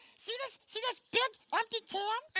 see this see this big empty can?